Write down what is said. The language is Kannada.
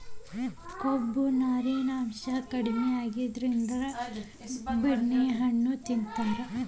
ಕೊಬ್ಬು, ನಾರಿನಾಂಶಾ ಕಡಿಮಿ ಆಗಿತ್ತಂದ್ರ ಬೆಣ್ಣೆಹಣ್ಣು ತಿಂತಾರ